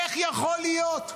איך יכול להיות שחמאס,